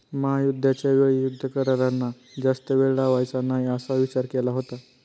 महायुद्धाच्या वेळी युद्ध करारांना जास्त वेळ लावायचा नाही असा विचार केला होता